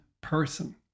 person